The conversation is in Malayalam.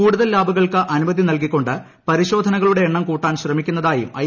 കൂടുതൽ ലാബുകൾക്ക് അനുമതി നൽകിക്കൊണ്ട് പരിശോധനകളുടെ എണ്ണം കൂട്ടാൻ ശ്രമിക്കുന്നതായും ഐ